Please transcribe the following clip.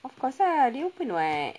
of course ah they open [what]